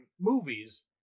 movies